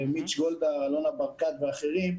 אלונה ברקת ואחרים,